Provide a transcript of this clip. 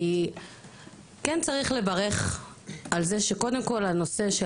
כי כן צריך לברך על זה שקודם כל הנושא של